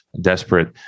desperate